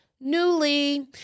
Newly